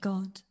God